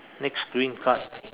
next green card